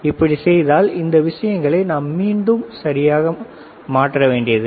இப்படி செய்தால் இந்த விஷயங்களை நாம் மீண்டும் மீண்டும் சரியாக மாற்ற வேண்டியதில்லை